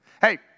Hey